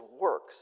works